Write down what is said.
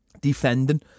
defending